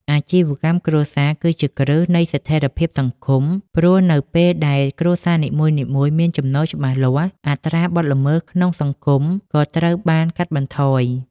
អាជីវកម្មគ្រួសារគឺជាគ្រឹះនៃស្ថិរភាពសង្គម ព្រោះនៅពេលដែលគ្រួសារនីមួយៗមានចំណូលច្បាស់លាស់ អត្រាបទល្មើសក្នុងសង្គមក៏ត្រូវបានកាត់បន្ថយ។